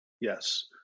yes